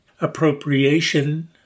Appropriation